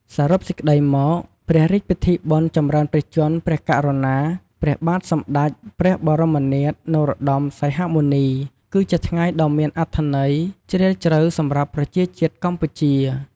សរុបសេចក្ដីមក ព្រះរាជពិធីបុណ្យចម្រើនព្រះជន្មព្រះករុណា ព្រះបាទសម្តេច ព្រះបរមនាថ នរោត្តម សីហមុនី គឺជាថ្ងៃដ៏មានអត្ថន័យជ្រាលជ្រៅសម្រាប់ប្រជាជាតិកម្ពុជា។